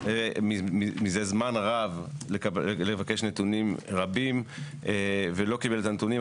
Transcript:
מזה זמן רב לבקש נתונים רבים ולא קיבל את הנתונים.